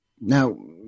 Now